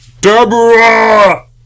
Deborah